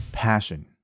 passion